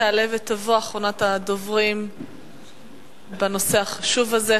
תעלה ותבוא אחרונת הדוברים בנושא החשוב הזה,